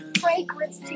fragrance